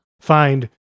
find